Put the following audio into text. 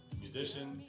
musician